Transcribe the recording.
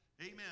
Amen